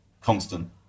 constant